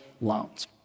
loans